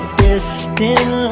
distant